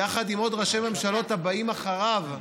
יחד עם ראשי הממשלות הבאים אחריו,